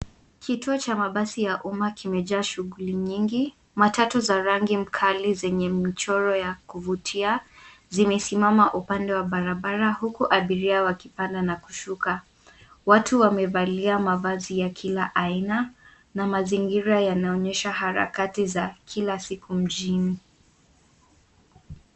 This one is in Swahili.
Kituo cha mabasi ya uma kimejaa shughuli nyingi. Matatu za rangi mkali zenye michoro ya kuvutia, zimesimama upande wa barabara huku abiria wakipanda na kushuka. Watu wamevalia mavazi ya kila aina na mazingira yanaonyesha harakati za kila siku mjini.